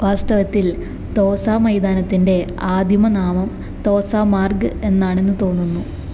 വാസ്തവത്തിൽ തോസ മൈതാനത്തിൻ്റ ആദിമനാമം തോസ മാർഗ് എന്നാണെന്ന് തോന്നുന്നു